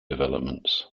developments